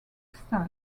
style